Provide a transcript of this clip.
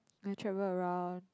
and travel around